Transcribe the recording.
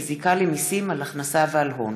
בזיקה למיסים על הכנסה ועל הון,